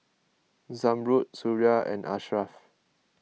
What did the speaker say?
Zamrud Suria and Ashraff